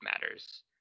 matters